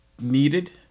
needed